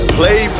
play